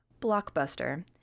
blockbuster